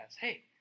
hey